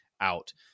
out